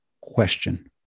question